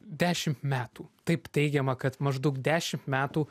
dešimt metų taip teigiama kad maždaug dešimt metų